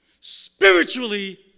spiritually